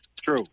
True